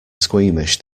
squeamish